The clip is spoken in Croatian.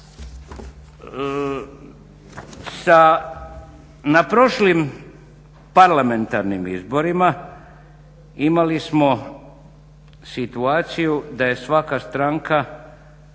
Na prošlim parlamentarnim izborima imali smo situaciju da je svaka stranka